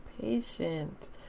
patient